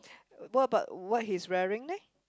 what about what he's wearing leh